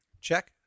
check